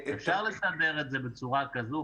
אפשר לסדר את זה בצורה כזו,